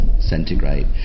centigrade